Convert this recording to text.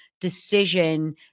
decision